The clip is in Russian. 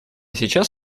сейчас